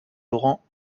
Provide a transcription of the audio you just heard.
laurent